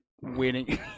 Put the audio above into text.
winning-